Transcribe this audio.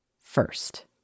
first